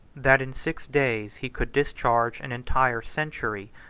that in six days he could discharge an entire century,